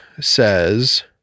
says